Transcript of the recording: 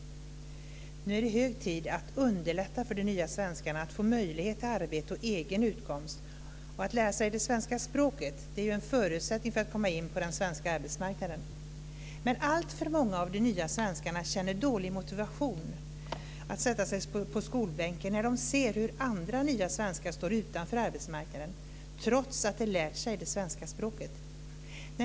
Nu är det hög tid att underlätta för de nya svenskarna att få möjlighet till arbete och egen utkomst. Att lära sig det svenska språket är en förutsättning för att komma in på den svenska arbetsmarknaden. Men alltför många av de nya svenskarna känner dålig motivation att sätta sig på skolbänken när de ser hur andra nya svenskar står utanför arbetsmarknaden trots att de lärt sig det svenska språket.